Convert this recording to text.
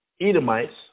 Edomites